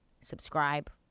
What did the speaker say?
subscribe